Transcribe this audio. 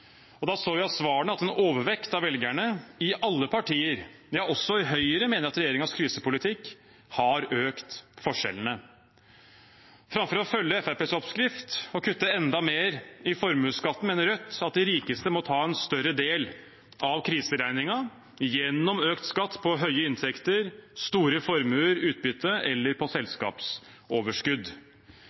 Da så vi av svarene at en overvekt av velgerne i alle partier – ja, også i Høyre – mente at regjeringens krisepolitikk har økt forskjellene. Framfor å følge Fremskrittspartiets oppskrift og kutte enda mer i formuesskatten mener Rødt at de rikeste må ta en større del av kriseregningen gjennom økt skatt på høye inntekter, store formuer, utbytte eller selskapsoverskudd.